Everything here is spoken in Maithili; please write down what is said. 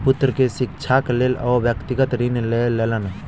पुत्र के शिक्षाक लेल ओ व्यक्तिगत ऋण लय लेलैन